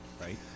Right